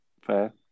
Fair